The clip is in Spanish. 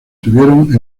tuvieron